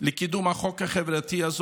לקידום החוק הזה,